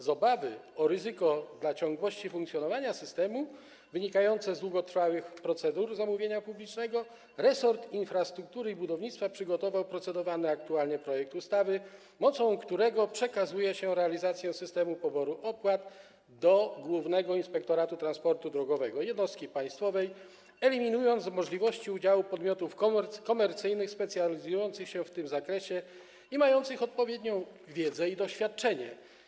Z obawy o ryzyko dotyczące ciągłości funkcjonowania systemu, wynikające z długotrwałych procedur zamówienia publicznego, resort infrastruktury i budownictwa przygotował projekt ustawy, nad którym aktualnie procedujemy, a którego mocą przekazuje się realizację systemu poboru opłat do Głównego Inspektoratu Transportu Drogowego, jednostki państwowej, eliminując możliwość udziału podmiotów komercyjnych specjalizujących się w tym zakresie i mających odpowiednią wiedzę i doświadczenie.